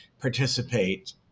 participate